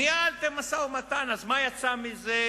ניהלתם משא-ומתן, מה יצא מזה?